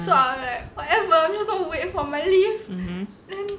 ah mmhmm